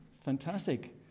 Fantastic